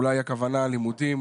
אולי הכוונה ללימודים,